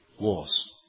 wars